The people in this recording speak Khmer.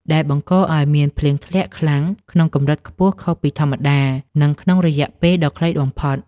ដែលបង្កឱ្យមានភ្លៀងធ្លាក់ខ្លាំងក្នុងកម្រិតខ្ពស់ខុសពីធម្មតា និងក្នុងរយៈពេលដ៏ខ្លីបំផុត។